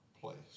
place